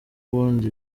ubundi